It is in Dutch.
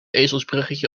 ezelsbruggetje